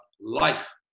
life